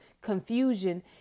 confusion